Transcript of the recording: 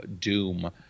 Doom